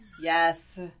yes